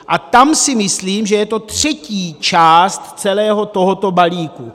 A tam si myslím, že je to třetí část celého tohoto balíku.